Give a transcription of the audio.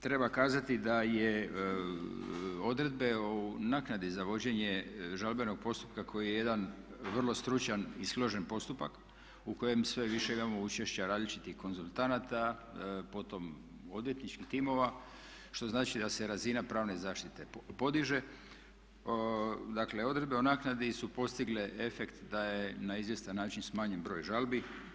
Treba kazati da je odredbe o naknadi za vođenje žalbenog postupka koji je jedan vrlo stručan i složen postupak u kojem sve više imamo učešća različitih konzultanata, potom odvjetničkih timova, što znači da se razina pravne zaštite podiže, dakle odredbe o naknadi su postigle efekt da je na izvjestan način smanjen broj žalbi.